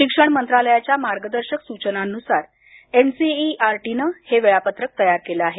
शिक्षण मंत्रालयाच्या मार्गदर्शक सूचनांनुसार एनसीईआरटी नं हे वेळापत्रक तयार केलं आहे